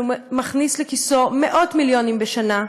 שמכניס לכיסו מאות מיליונים בשנה,